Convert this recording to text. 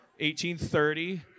1830